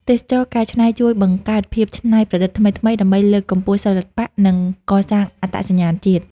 ទេសចរណ៍កែច្នៃជួយបង្កើតភាពច្នៃប្រឌិតថ្មីៗ ដើម្បីលើកកម្ពស់សិល្បៈ និងកសាងអត្តសញ្ញាណជាតិ។